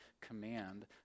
command